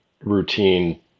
routine